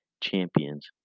champions